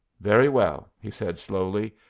very well, he said, slowly,